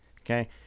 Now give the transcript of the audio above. okay